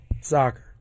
soccer